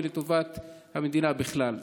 ולטובת המדינה בכלל.